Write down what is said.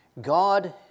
God